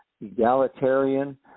egalitarian